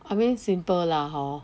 I mean simple lah hor